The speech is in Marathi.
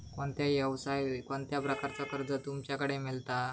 कोणत्या यवसाय कोणत्या प्रकारचा कर्ज तुमच्याकडे मेलता?